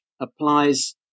applies